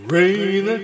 Rain